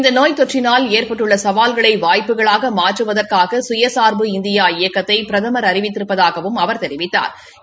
இந்த நோய் தொற்றினால் ஏற்பட்டுள்ள சவால்களை வாய்ப்புகளாக மாற்றுவதற்காக கயசார்பு இந்தியா இயக்கத்தை பிரதமா் அறிவித்திருப்பதாகவும் அவா் தெரிவித்தாா்